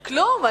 כלום,